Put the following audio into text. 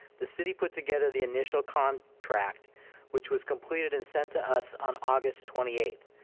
the city put together the initial contract which was completed and sent to us on august twenty eighth.